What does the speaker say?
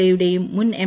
എയുടെയും മുൻ എം